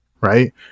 Right